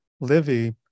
Livy